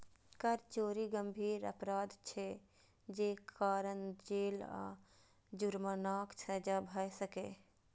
कर चोरी गंभीर अपराध छियै, जे कारण जेल आ जुर्मानाक सजा भए सकैए